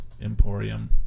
Emporium